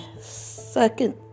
second